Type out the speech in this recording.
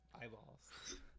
eyeballs